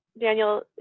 Daniel